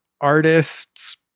artists